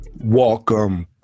Welcome